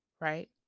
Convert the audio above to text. Right